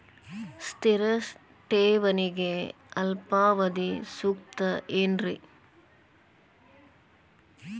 ಸ್ಥಿರ ಠೇವಣಿಗೆ ಅಲ್ಪಾವಧಿ ಸೂಕ್ತ ಏನ್ರಿ?